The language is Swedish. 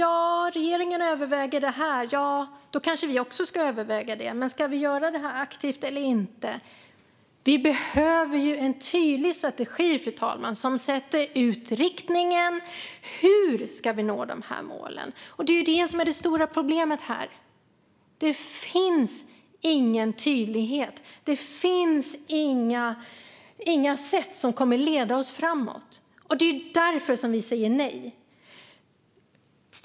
"Ja, regeringen överväger detta, så då kanske vi också ska överväga det. Men ska vi göra det aktivt eller inte?" Vi behöver en tydlig strategi som sätter ut riktningen, fru talman. Hur ska vi nå de här målen? Det är det som är det stora problemet här: Det finns ingen tydlighet. Det finns inga sätt som kommer att leda oss framåt. Det är därför utskottet säger nej.